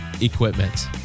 equipment